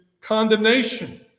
condemnation